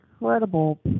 incredible